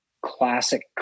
classic